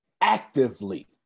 actively